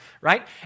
right